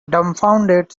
dumbfounded